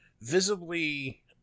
visibly